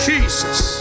Jesus